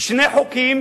שני חוקים